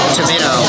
tomato